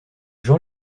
jean